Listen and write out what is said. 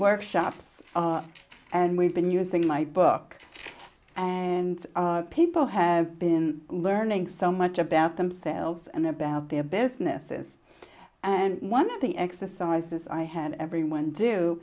workshops and we've been using my book and people have been learning so much about themselves and about their businesses and one of the exercises i had everyone do